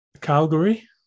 Calgary